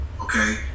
okay